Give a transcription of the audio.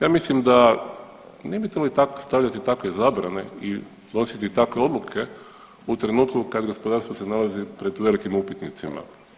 Ja mislim da ne bi trebali stavljati takve zabrane i donositi takve odluke u trenutku kad gospodarstvo se nalazi pred velikim upitnicima.